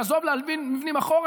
ועזוב להלבין מבנים אחורה,